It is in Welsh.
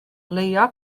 leia